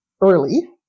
early